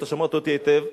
ואתה שמעתי אותי היטב,